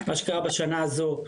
מה שקרה בשנה הזו,